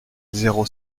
zéro